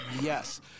Yes